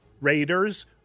Raiders